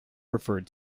referred